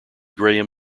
graham